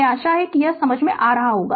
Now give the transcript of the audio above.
हमे आशा है कि यह एक समझ में आ गया है